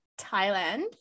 Thailand